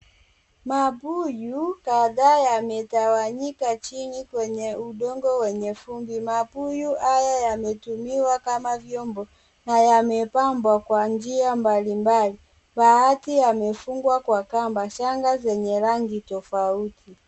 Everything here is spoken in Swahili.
Mabuyu kadhaa yametawanyika chini keenye udongo wenye vumbi. Mabuyu haya yametumiwa kama vyombo na yamepambwa kwa njia mbalimbali. Baadhi yamefungwa kwa kamba. Shanga zenye rangi tofauti.